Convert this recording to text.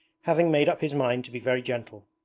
having made up his mind to be very gentle.